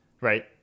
right